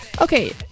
Okay